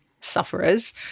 sufferers